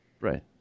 right